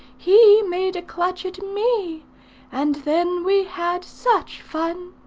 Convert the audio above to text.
he made a clutch at me and then we had such fun!